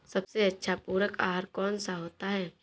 सबसे अच्छा पूरक आहार कौन सा होता है?